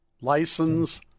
license